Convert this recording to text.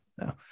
No